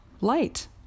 light